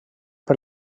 per